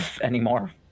anymore